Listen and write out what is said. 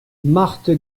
marthe